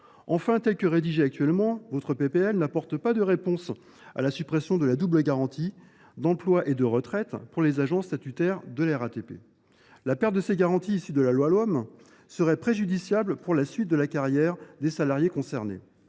Enfin, telle que rédigée actuellement, votre proposition de loi n’apporte pas de réponse à la suppression de la double garantie d’emploi et de retraite, pour les agents statutaires de la RATP. La perte de ces garanties issues de la loi LOM serait préjudiciable pour la suite de la carrière des salariés concernés.